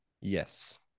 Yes